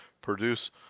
produce